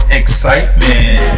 excitement